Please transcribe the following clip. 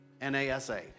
N-A-S-A